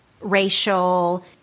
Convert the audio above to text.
racial